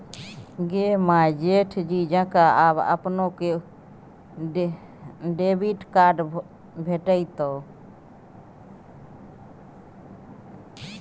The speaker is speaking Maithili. गे माय सेठ जी जकां आब अपनो डेबिट कार्ड भेटितौ